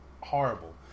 horrible